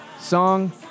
song